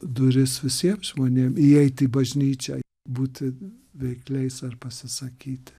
duris visiem žmonėm įeit į bažnyčią būti veikliais ar pasisakyti